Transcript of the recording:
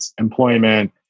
employment